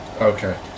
Okay